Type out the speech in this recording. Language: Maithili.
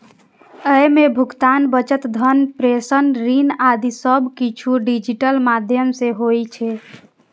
अय मे भुगतान, बचत, धन प्रेषण, ऋण आदि सब किछु डिजिटल माध्यम सं होइ छै